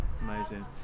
amazing